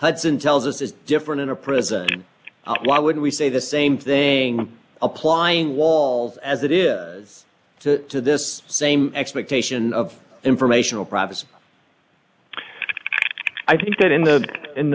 hudson tells us is different in a prison why would we say the same thing applying walls as it is is to this same expectation of informational privacy i think that in the in